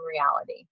reality